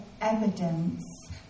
evidence